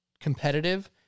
competitive